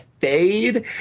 fade